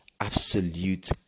absolute